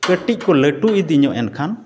ᱠᱟᱹᱴᱤᱡ ᱠᱚ ᱞᱟᱹᱴᱩ ᱤᱫᱤᱧᱚᱜ ᱮᱱᱠᱷᱟᱱ